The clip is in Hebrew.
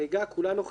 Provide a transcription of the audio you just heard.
כולן או חלקן,